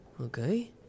okay